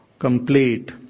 complete